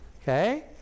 Okay